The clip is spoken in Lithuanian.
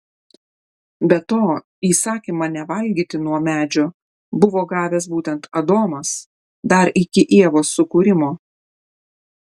be to įsakymą nevalgyti nuo medžio buvo gavęs būtent adomas dar iki ievos sukūrimo